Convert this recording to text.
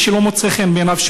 מי שלא מוצא חן בעיניו,